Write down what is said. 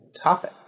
topic